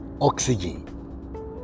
oxygen